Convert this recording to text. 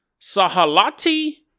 Sahalati